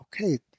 okay